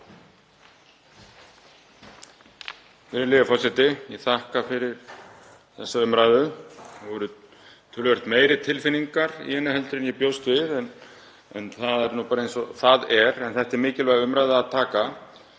Þetta er mikilvæg umræða að taka.